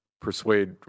persuade –